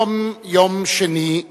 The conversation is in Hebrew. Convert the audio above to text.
היום יום שני,